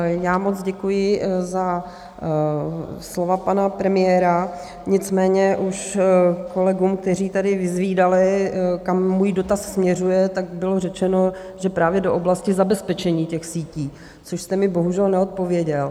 Já moc děkuji za slova pana premiéra, nicméně už kolegům, kteří tady vyzvídali, kam můj dotaz směřuje, bylo řečeno, že právě do oblasti zabezpečení těch sítí, což jste mi bohužel neodpověděl.